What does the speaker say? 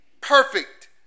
perfect